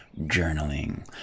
journaling